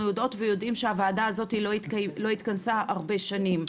יודעות ויודעים שהוועדה הזאת לא התכנסה הרבה שנים.